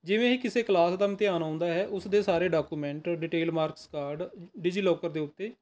ਜਿਵੇਂ ਹੀ ਕਿਸੇ ਕਲਾਸ ਦਾ ਇਮਤਿਹਾਨ ਆਉਂਦਾ ਹੈ ਉਸਦੇ ਸਾਰੇ document detail marks card DigiLocker ਦੇ ਉੱਤੇ